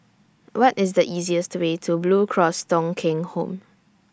What IS The easiest Way to Blue Cross Thong Kheng Home